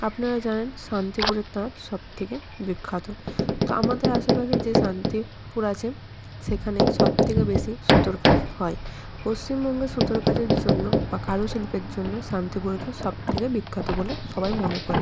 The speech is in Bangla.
আপনারা জানেন শান্তিপুরের তাঁত সব থেকে বিখ্যাত তো আমাদের আশেপাশে যে শান্তিপুর আছে সেখানেই সব থেকে বেশি সুতোর কাজ হয় পশ্চিমবঙ্গে সুতোর কাজের জন্য বা কারুশিল্পের জন্য শান্তিপুরকে সব থেকে বিখ্যাত বলে সবাই মনে করে